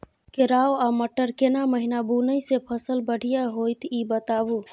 केराव आ मटर केना महिना बुनय से फसल बढ़िया होत ई बताबू?